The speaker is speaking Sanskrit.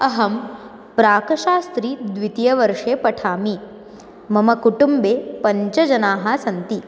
अहं प्राक्शास्त्री द्वितीयवर्षे पठामि मम कुटुम्बे पञ्च जनाः सन्ति